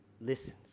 listens